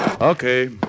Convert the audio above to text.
Okay